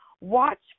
Watch